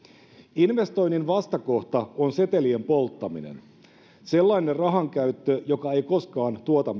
investoinnin vastakohta on setelien polttaminen sellainen rahankäyttö joka ei koskaan tuota